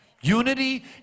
unity